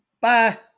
Bye